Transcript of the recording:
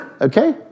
okay